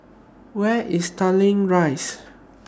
Where IS Tanglin Rise